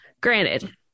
Granted